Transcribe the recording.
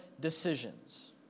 decisions